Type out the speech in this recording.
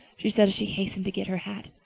she said as she hastened to get her hat.